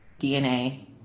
DNA